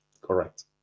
Correct